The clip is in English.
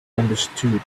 understood